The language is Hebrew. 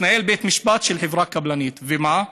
מתנהל משפט של חברה קבלנית, ומה?